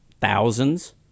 Thousands